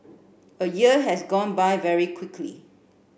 a year has gone by very quickly